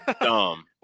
Dumb